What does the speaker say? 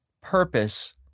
purpose